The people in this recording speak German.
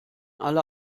alle